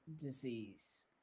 disease